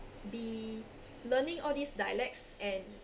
be learning all these dialects and